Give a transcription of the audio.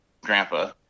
grandpa